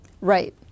Right